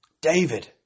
David